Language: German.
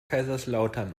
kaiserslautern